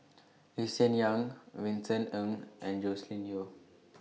Lee Hsien Yang Vincent Ng and Joscelin Yeo